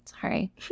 sorry